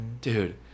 Dude